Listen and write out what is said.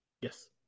Yes